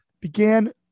began